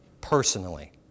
personally